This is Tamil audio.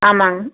ஆமாம்ங்க